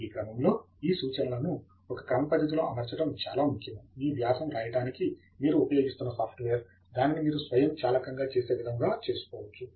ఈ క్రమములో ఈ సూచనలను ఒక క్రమపద్ధతి లో అమర్చడం చాలా ముఖ్యము మీ వ్యాసం రాయడానికి మీరు ఉపయోగిస్తున్న సాఫ్ట్వేర్ దానిని మీరు స్వయంచాలకంగా చేసే విధముగా చేసుకోవచ్చు